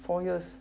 four years